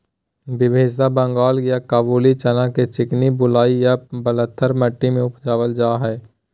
विभाजित बंगाल या काबूली चना के चिकनी बलुई या बलथर मट्टी में उपजाल जाय हइ